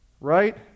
right